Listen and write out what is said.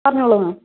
പറഞ്ഞോളൂ മാം